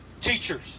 teachers